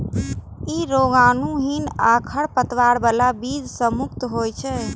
ई रोगाणुहीन आ खरपतवार बला बीज सं मुक्त होइ छै